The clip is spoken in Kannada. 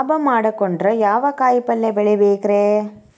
ಲಾಭ ಮಾಡಕೊಂಡ್ರ ಯಾವ ಕಾಯಿಪಲ್ಯ ಬೆಳಿಬೇಕ್ರೇ?